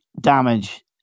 damage